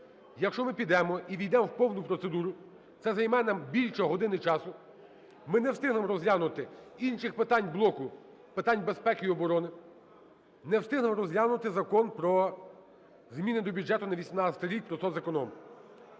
Якщо ми підемо і ввійдемо в повну процедуру, це займе нам більше години часу, ми не встигнемо розглянути інших питань блоку. Питань безпеки і оборони. Не встигнемо розглянути Закон про зміни до бюджету на 2018 рік про соцеконом.